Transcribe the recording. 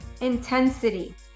intensity